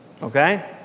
Okay